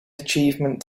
achievement